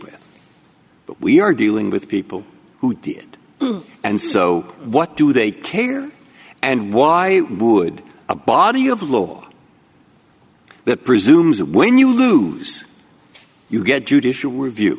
with but we are dealing with people who did and so what do they care and why would a body of law that presumes that when you lose you get judicial review